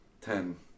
Ten